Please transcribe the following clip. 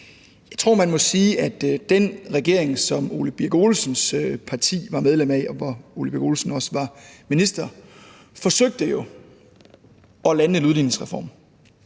Jeg tror, at man må sige, at den regering, som Ole Birk Olesens parti var medlem af, og som Ole Birk Olesen også var minister i, forsøgte at lande en udligningsreform,